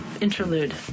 interlude